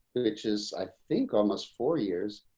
which is i think almost four years